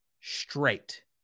straight